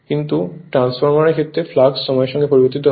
কিন্তু ট্রান্সফরমারের ক্ষেত্রে ফ্লাক্স সময়ের সঙ্গে পরিবর্তিত হয়